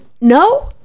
No